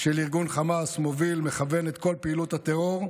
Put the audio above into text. של ארגון חמאס, מוביל, מכוון את כל פעילות הטרור,